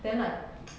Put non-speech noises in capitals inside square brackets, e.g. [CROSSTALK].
then like [NOISE]